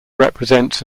represents